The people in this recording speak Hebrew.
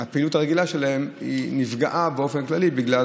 והפעילות הרגילה שלהן נפגעה באופן כללי, בגלל